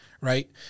right